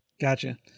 Gotcha